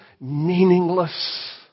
meaningless